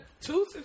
two